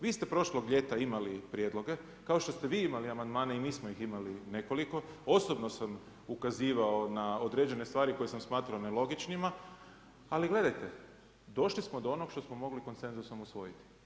Vi ste prošlog ljeta imali prijedloge, kao što ste vi imali amandmane i mi smo ih imali nekoliko, osobno sam ukazivao na određene stvari koje sam smatrao nelogičnima, ali gledajte, došli smo do onog što smo mogli konsenzusom usvojiti.